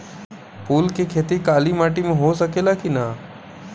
फूल के खेती काली माटी में हो सकेला की ना?